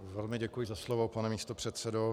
Velmi děkuji za slovo, pane místopředsedo.